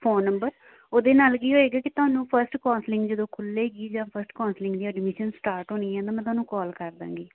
phone number ਉਹਦੇ ਨਾਲ ਕੀ ਹੋਏਗਾ ਕਿ ਤੁਹਾਨੂੰ ਫਸਟ ਕੌਂਸਲਿੰਗ ਜਦੋਂ ਖੁੱਲੇਗੀ ਜਾਂ ਫਸਟ ਕੌਂਸਲਿੰਗ ਦੀਆਂ ਐਡਮਿਸ਼ਨ ਸਟਾਰਟ ਹੋਣੀ ਆ ਨਾ ਮੈਂ ਤੁਹਾਨੂੰ ਕੌਲ ਕਰ ਦਾਂਗੀ